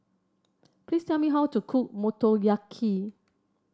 please tell me how to cook Motoyaki